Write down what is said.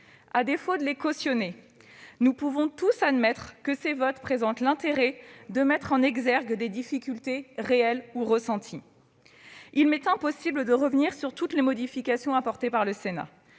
À défaut de les cautionner, nous pouvons tous admettre que ces votes ont permis de mettre en exergue des difficultés réelles ou ressenties. Il m'est impossible de revenir sur toutes les modifications apportées au texte